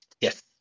Yes